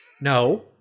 No